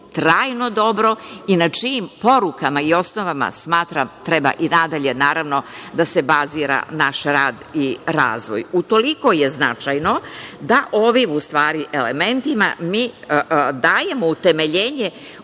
trajno dobro i na čijim porukama i osnovama smatram treba i nadalje da se bazira naš rad i razvoj. U toliko je značajno da ovim, u stvari, elementima mi dajemo utemeljenje